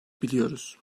biliyoruz